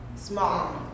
Small